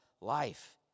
life